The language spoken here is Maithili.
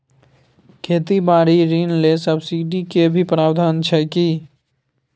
खेती बारी ऋण ले सब्सिडी के भी प्रावधान छै कि?